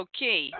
Okay